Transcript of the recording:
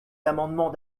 d’amendements